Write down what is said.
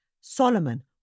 Solomon